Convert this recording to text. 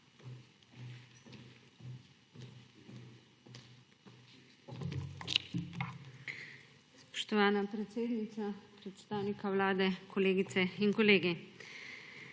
Spoštovana podpredsednica, predstavnika Vlade, kolegice in kolegi!